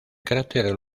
cráter